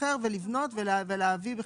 לתמחר ולבנות ולהביא בחשבון.